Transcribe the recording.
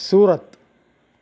Surat